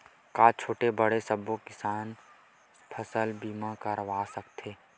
का छोटे बड़े सबो किसान फसल बीमा करवा सकथे?